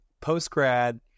post-grad